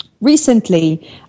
recently